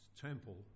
temple